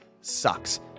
sucks